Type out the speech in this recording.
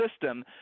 system